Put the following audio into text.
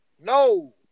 No